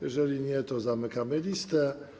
Jeżeli nie, to zamykamy listę.